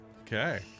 Okay